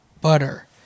Butter